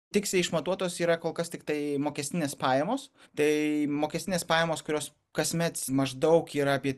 tiksliai išmatuotos yra kol kas tiktai mokestinės pajamos tai mokestinės pajamos kurios kasmet maždaug yra apie